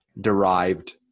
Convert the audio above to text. derived